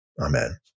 Amen